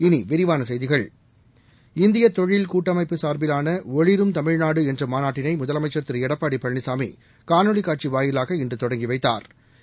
இனி விரிவான செய்திகள் இந்திய தொழில் கூட்டமைப்பு சார்பிவாள ஒளிரும் தமிழ்நாடு என்ற மாநாட்டினை முதலமைச்சர் திரு எடபபாடி பழனிசாமி காணொலி காட்சி வாயிலாக இன்று தொடங்கி வைத்தாா்